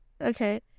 okay